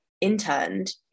interned